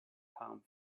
come